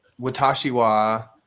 Watashiwa